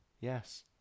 Yes